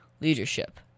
Leadership